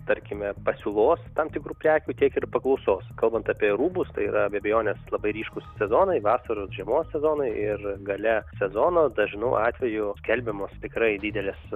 tarkime pasiūlos tam tikrų prekių tiek ir paklausos kalbant apie rūbus tai yra be abejonės labai ryškūs sezonai vasaros žiemos sezonai ir gale sezono dažnu atveju skelbiamos tikrai didelės